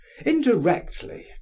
Indirectly